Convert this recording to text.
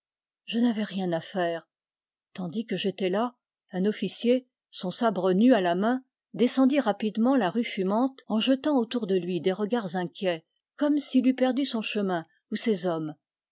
je n'avais rien à faire tandis que j'étais là un officier son sabre nu à la main descendit rapidement la rue fumante en jetant autour de lui des regards inquiets comme s'il eût perdu son chemin ou ses hommes